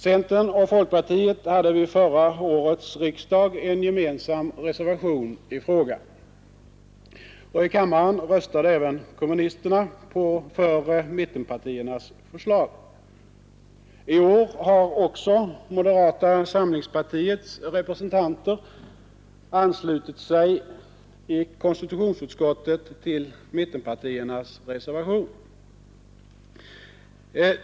Centern och folkpartiet hade vid förra årets riksdag en gemensam reservation i frågan. Och i kammaren röstade även kommunisterna för mittenpartiernas förslag. I år har också moderata samlingspartiets representanter i konstitutionsutskottet anslutit sig till mittenpartiernas reservation.